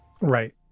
Right